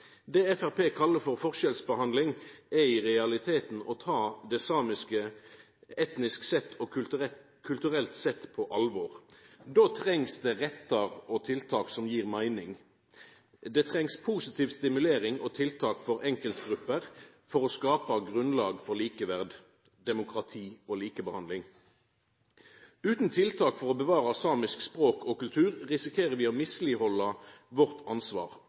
Det Framstegspartiet kallar for forskjellsbehandling, er i realiteten å ta det samiske, etnisk sett og kulturelt sett, på alvor. Då treng ein rettar og tiltak som gir meining. Ein treng positiv stimulering og tiltak for enkeltgrupper for å skapa grunnlag for likeverd, demokrati og likebehandling. Utan tiltak for å bevara samisk språk og kultur risikerer vi å misleghalda vårt ansvar.